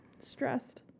stressed